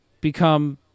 become